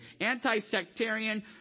Anti-Sectarian